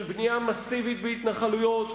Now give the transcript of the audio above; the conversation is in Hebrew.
של בנייה מסיבית בהתנחלויות,